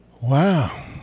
Wow